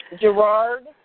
Gerard